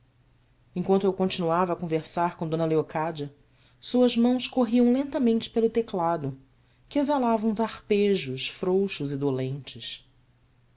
enquanto eu continuava a conversar com d leocádia suas mãos corriam lentamente pelo teclado que exalava uns arpejos frouxos e dolentes